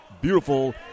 Beautiful